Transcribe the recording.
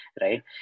right